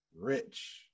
rich